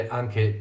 anche